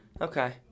Okay